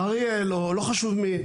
אריאל או לא חשוב מי,